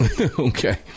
Okay